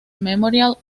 memorial